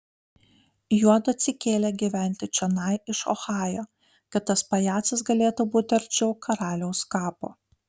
juodu atsikėlė gyventi čionai iš ohajo kad tas pajacas galėtų būti arčiau karaliaus kapo